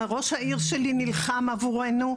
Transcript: ראש העיר שלי נלחם עבורנו,